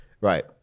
Right